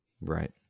right